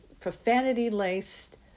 profanity-laced